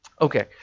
Okay